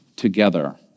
together